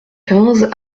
quinze